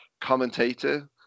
commentator